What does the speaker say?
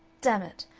dammit!